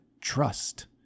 Trust